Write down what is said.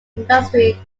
industry